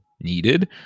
needed